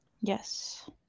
Yes